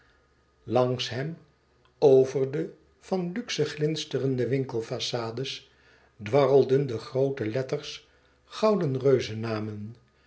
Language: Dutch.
langs hem over de van luxe glinsterende winkel façades dwarrelden de groote letters gouden reuzenamen